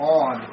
on